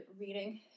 reading